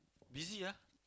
busy ah